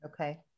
Okay